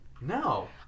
No